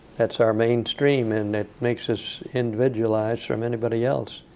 that's our mainstream, and it makes us individualized from anybody else.